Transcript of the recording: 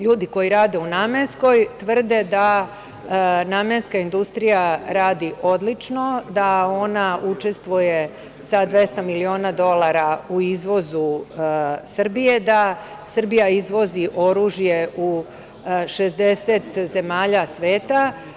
LJudi koji rade u namenskoj, tvrde da namenska industrija radi odlično, da ona učestvuje sa 200 miliona dolara u izvozu Srbije, da Srbija izvozi oružje u 60 zemalja sveta.